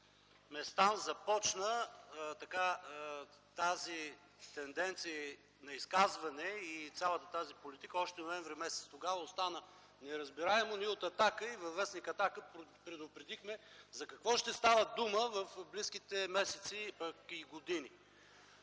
Местан започна тази тенденция на изказване и цялата тази политика още м. ноември. Тогава остана неразбираемо. Ние от „Атака” и във в. „Атака” предупредихме за какво ще става дума в близките месеци, пък и години.